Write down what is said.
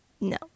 No